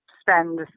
spend